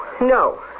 No